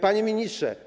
Panie Ministrze!